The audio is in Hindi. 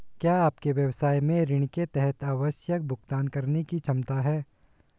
क्या आपके व्यवसाय में ऋण के तहत आवश्यक भुगतान करने की क्षमता है?